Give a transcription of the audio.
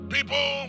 People